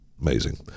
Amazing